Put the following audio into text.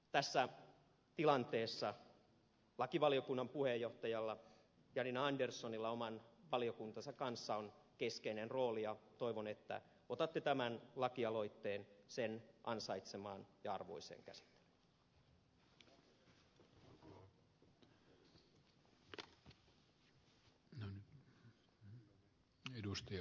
tässä tilanteessa lakivaliokunnan puheenjohtajalla janina anderssonilla oman valiokuntansa kanssa on keskeinen rooli ja toivon että otatte tämän lakialoitteen sen ansaitsemaan ja arvoiseen käsittelyyn